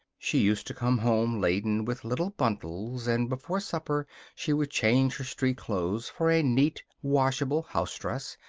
she used to come home laden with little bundles and before supper she would change her street clothes for a neat, washable housedress,